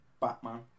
Batman